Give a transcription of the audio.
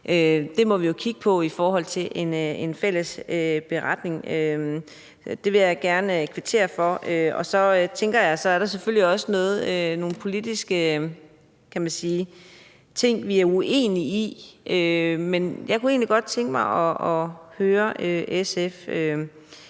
det, må vi jo kigge på i forhold til en fælles beretning. Det vil jeg gerne kvittere for. Så tænker jeg, at der selvfølgelig også er nogle politiske ting, som vi er uenige i. Men jeg kunne egentlig godt tænke mig at høre SF,